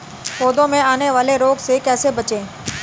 पौधों में आने वाले रोग से कैसे बचें?